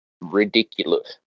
ridiculous